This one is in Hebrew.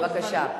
בבקשה,